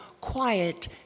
quiet